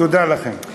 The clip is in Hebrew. תודה לכם.